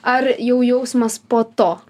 ar jau jausmas po to